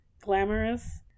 glamorous